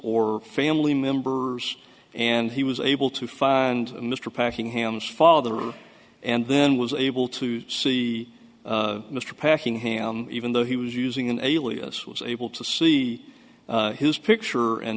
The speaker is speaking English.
or family member and he was able to find mr packing ham's father and then was able to see mr packing ham even though he was using an alias was able to see his picture and